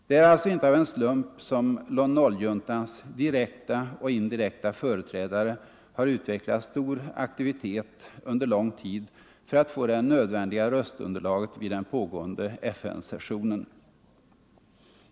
Det är alltså inte av en slump som Lon Nol-juntans direkta och indirekta företrädare har utvecklat stor aktivitet under lång tid för att få det nödvändiga röstunderlaget vid den pågående FN-sessionen.